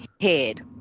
head